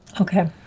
Okay